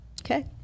Okay